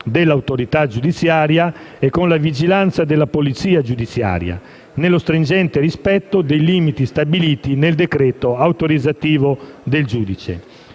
dell'autorità giudiziaria e con la vigilanza della polizia giudiziaria, nello stringente rispetto dei limiti stabiliti nel decreto autorizzativo del giudice.